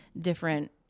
different